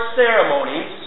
ceremonies